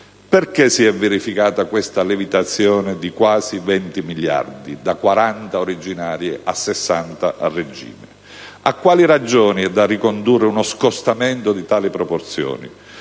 Perché si è verificata questa lievitazione di quasi 20 miliardi, ossia dai 40 originari a 60 a regime? A quali ragioni è da ricondurre uno scostamento di tali proporzioni?